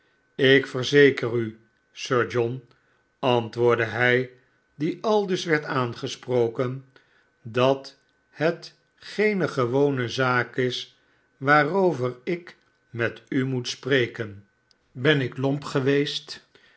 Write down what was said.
ik verzeker u sir john antwoordde hij die aldus werd aangesproken dat het geene gewone zaak is waarover ik met u moet spreken ben ik lomp geweest